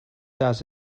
does